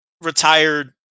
Retired